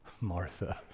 martha